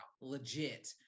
legit